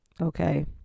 okay